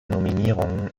nominierungen